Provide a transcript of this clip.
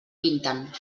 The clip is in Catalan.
pinten